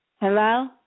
Hello